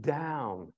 down